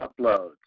uploads